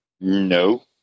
No